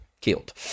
killed